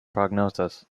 prognosis